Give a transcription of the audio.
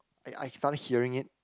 I I started hearing it